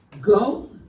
Go